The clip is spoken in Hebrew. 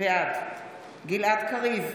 בעד גלעד קריב,